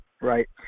right